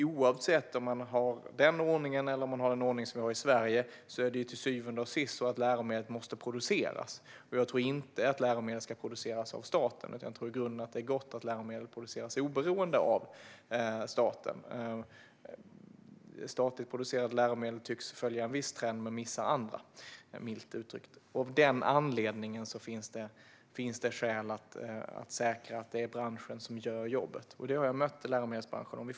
Oavsett om man har den ordningen eller den ordning som vi har i Sverige är det till syvende och sist så att läromedlen måste produceras. Jag tror inte att läromedel ska produceras av staten. I grunden är det bra att läromedel produceras oberoende av staten. Statligt producerade läromedel tycks följa en viss trend men missa andra trender - milt uttryckt. Av den anledningen finns det skäl att säkra att det är branschen som gör jobbet. Det har jag vid flera tillfällen mött i läromedelsbranschen.